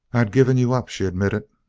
i'd given you up, she admitted.